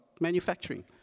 manufacturing